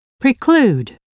preclude